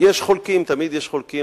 יש חולקים, ותמיד יש חולקים.